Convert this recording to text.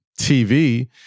TV